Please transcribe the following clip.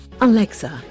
Alexa